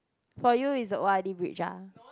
for you is the O_R_D bridge ah